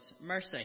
mercy